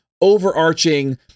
overarching